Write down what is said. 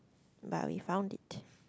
but we found it